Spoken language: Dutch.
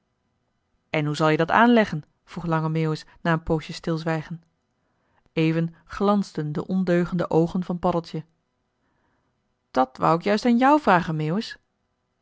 en hoe zal je dat aanleggen vroeg lange meeuwis na een poosje stilzwijgen even glansden de ondeugende oogen van paddeltje dat wou ik juist aan jou vragen